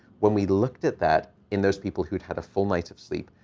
when we looked at that in those people who'd had a full night of sleep,